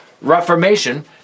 reformation